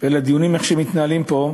ועל הדיונים, איך הם מתנהלים פה,